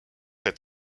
est